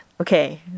okay